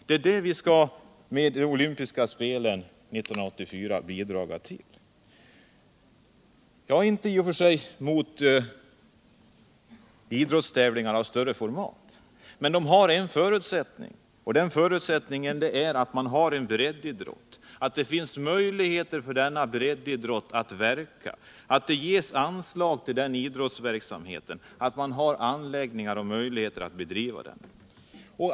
Det är detta som vi skall bidraga till med de olympiska spelen 1984. Jag har i och för sig inget emot idrottstävlingar av stort format — under vissa förutsättningar. De förutsättningarna är att man har en breddidrou, att det finns möjligheter för denna breddidrou att verka, att det ges anslag till den idrousverksamheten samt att man har anläggningar med möjligheter att bedriva den.